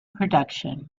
production